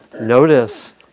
notice